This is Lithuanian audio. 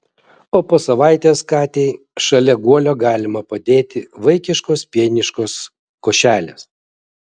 o po savaitės katei šalia guolio galima padėti vaikiškos pieniškos košelės